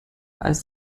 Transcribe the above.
als